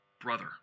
brother